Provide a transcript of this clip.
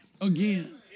again